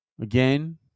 Again